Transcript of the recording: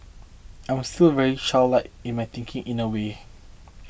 I'm still very childlike in my thinking in a way